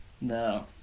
No